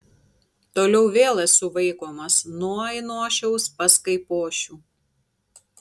toliau vėl esu vaikomas nuo ainošiaus pas kaipošių